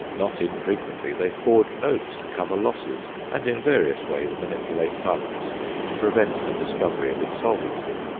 not infrequently they forge notes to cover losses and in various ways manipulate funds to prevent the discovery of insolvency.